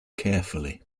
carefully